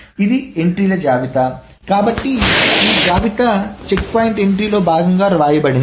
ఇది ఎంట్రీల జాబితా కాబట్టి ఈ జాబితా చెక్పాయింట్ ఎంట్రీలో భాగంగా వ్రాయబడింది